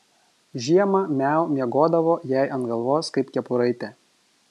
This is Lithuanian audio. žiemą miau miegodavo jai ant galvos kaip kepuraitė